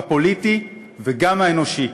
הפוליטי וגם האנושי.